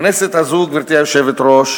הכנסת הזו, גברתי היושבת-ראש,